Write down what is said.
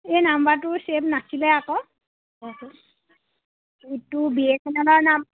এই নাম্বাৰটো ছেভ নাছিলে আকৌ ইটো বি এছ এন এলৰ নাম